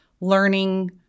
learning